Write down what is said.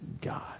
God